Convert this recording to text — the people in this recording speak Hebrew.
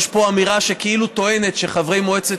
יש פה אמירה שכאילו טוענת שחברי מועצת